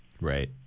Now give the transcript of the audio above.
Right